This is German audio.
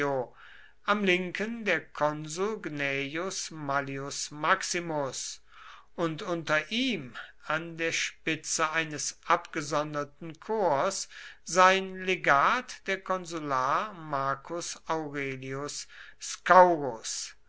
am linken der konsul gnaeus mallius maximus und unter ihm an der spitze eines abgesonderten korps sein legat der konsular marcus aurelius